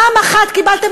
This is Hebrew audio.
פעם אחת קיבלתם